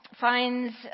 finds